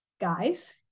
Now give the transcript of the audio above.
guys